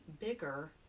bigger